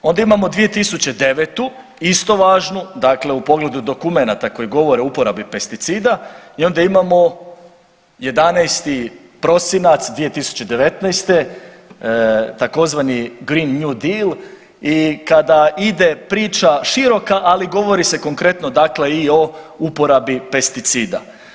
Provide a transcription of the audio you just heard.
Onda imamo 2009. isto važnu dakle u pogledu dokumenata koji govore o uporabi pesticida i onda imamo 11. prosinac 2019. tzv. green new deal i kada ide priča široka, ali govori se konkretno i o uporabi pesticida.